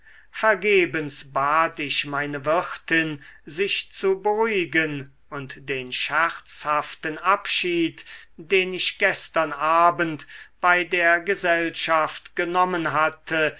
vergebens bat ich meine wirtin sich zu beruhigen und den scherzhaften abschied den ich gestern abend bei der gesellschaft genommen hatte